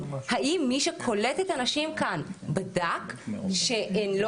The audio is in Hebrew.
האם מי שקולט את הנשים כאן בדק שהן לא